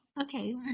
Okay